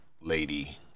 lady